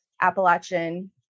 Appalachian